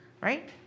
right